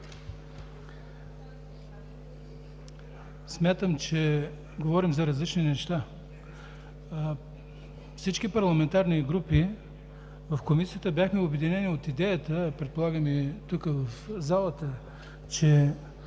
Смятам, че говорим за различни неща. Всички парламентарни групи в Комисията бяхме обединени от идеята, а предполагам и тук, в залата, че